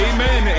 Amen